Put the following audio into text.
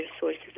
sources